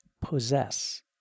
possess